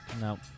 No